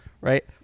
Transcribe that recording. right